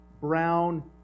brown